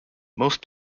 most